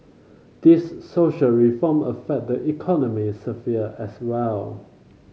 these social reform affect the economic sphere as well